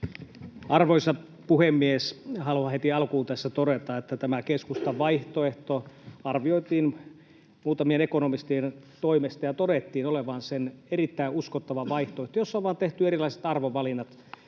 Arvoisa puhemies! Haluan heti alkuun tässä todeta, että tämä keskustan vaihtoehto arvioitiin muutamien ekonomistien toimesta ja sen todettiin olevan erittäin uskottava vaihtoehto, jossa on vain tehty erilaiset arvovalinnat.